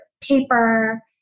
paper